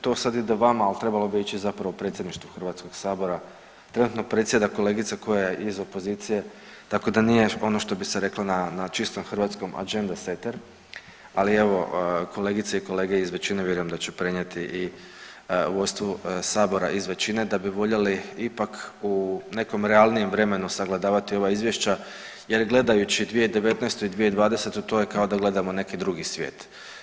To sada ide vama, ali trebalo bi ići zapravo predsjedništvu HS, trenutno predsjeda kolegica koja je iz opozicije tako da nije ono što bi se reklo na čistom hrvatskom agenda setter, ali evo kolegice i kolege iz većine vjerujem da će prenijeti i vodstvu sabora iz većine da bi voljeli ipak u nekom realnijem vremenu sagledavati ova izvješća jer gledajući 2019. i 2020. to je kao da gledamo neki drugi svijet.